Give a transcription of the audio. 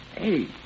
Hey